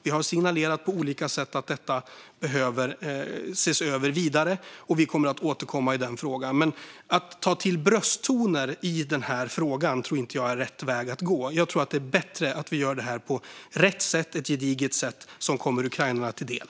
Vi har signalerat på olika sätt att detta behöver ses över vidare, och vi kommer att återkomma i frågan. Att ta till brösttoner i denna fråga tror jag inte är rätt väg att gå, utan det är bättre att vi gör detta på rätt sätt, ett gediget sätt, som kommer ukrainarna till del.